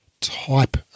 type